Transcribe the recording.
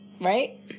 right